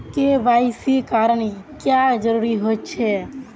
KYC करना क्याँ जरुरी होचे?